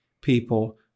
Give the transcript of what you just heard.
people